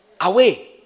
Away